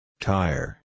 Tire